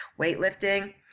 weightlifting